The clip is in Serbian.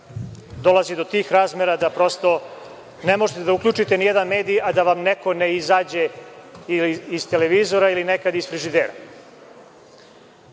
dolazi do tih razmera da prosto ne možete da uključite nijedan medij, a da vam neko ne izađe iz televizora ili nekad iz frižidera.